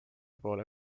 poole